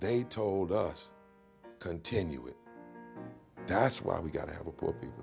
they told us continue it that's why we got to have a poor people